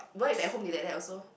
what if at home they like that also